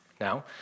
Now